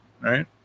Right